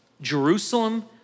Jerusalem